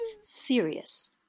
serious